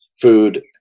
food